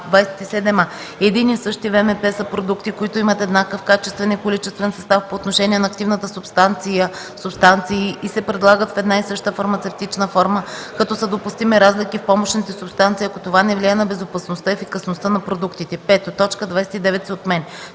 „27а. „Един и същи ВМП” са продукти, които имат еднакъв качествен и количествен състав по отношение на активната субстанция/и и се предлагат в една и съща фармацевтична форма, като са допустими разлики в помощните субстанции, ако това не влияе на безопасността и ефикасността на продуктите”. 5. Точка 29 се